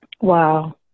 Wow